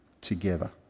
together